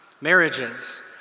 marriages